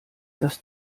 das